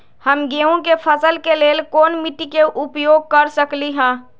हम गेंहू के फसल के लेल कोन मिट्टी के उपयोग कर सकली ह?